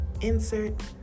insert